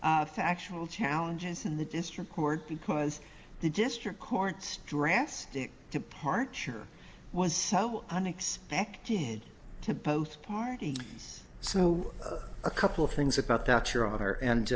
factual challenges in the district court because the district courts drastic departure was so unexpected to both parties so a couple of things about that your honor and